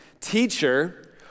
Teacher